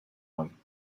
one